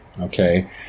okay